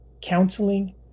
counseling